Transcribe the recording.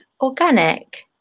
organic